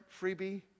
freebie